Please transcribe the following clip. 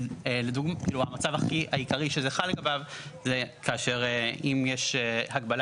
המצב העיקרי שזה חל לגביו זה אם יש הגבלה